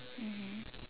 mmhmm